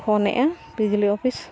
ᱯᱷᱚᱱᱮᱜᱼᱟ ᱵᱤᱡᱽᱞᱤ ᱚᱯᱷᱤᱥ